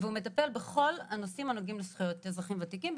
ומטפל בכל הנושאים הנוגעים לזכויות אזרחים ותיקים,